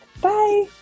Bye